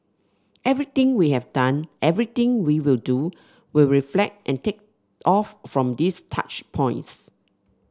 everything we have done everything we will do will reflect and take off from these touch points